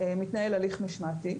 מתנהל הליך משמעתי.